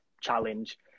challenge